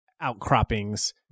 outcroppings